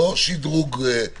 לא שדרוג, שימור,